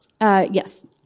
Yes